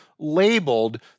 labeled